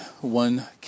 one